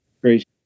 great